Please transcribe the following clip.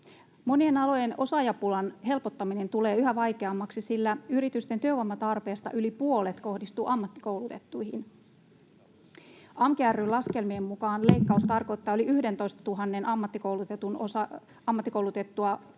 Monien alojen osaajapulan helpottaminen tulee yhä vaikeammaksi, sillä yritysten työvoimatarpeesta yli puolet kohdistuu ammattikoulutettuihin. AMKE ry:n laskelmien mukaan leikkaus tarkoittaa yli 11 000:ta ammattikoulutettua osaajaa